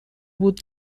بود